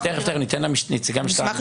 תכף, נין לנציגי המשטרה.